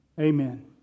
Amen